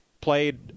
played